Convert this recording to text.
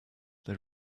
they